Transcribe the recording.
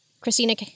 Christina